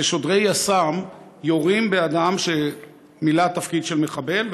זה שוטרי יס"מ יורים באדם שמילא תפקיד של מחבל,